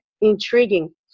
intriguing